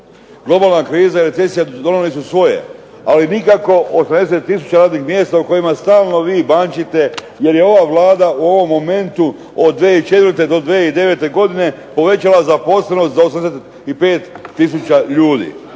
Globalna kriza i recesija donijeli su sve, ali nikako od …/Ne razumije se./… tisuća radnih mjesta o kojima stalno vi bančite, jer je ova Vlada u ovom momentu od 2004. do 2009. godine povećala zaposlenost za 85 tisuća ljudi.